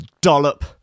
dollop